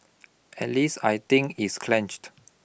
at least I think it's clenched